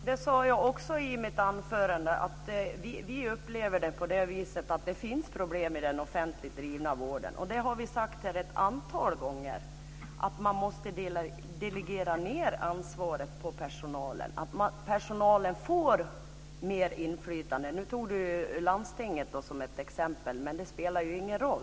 Herr talman! Vi har ett antal gånger sagt att det finns problem i den offentligt drivna vården. Ansvaret måste delegeras ned på personalen så att personalen får mer inflytande. Cristina Husmark Pehrsson tog landstinget som ett exempel. Men det spelar ingen roll.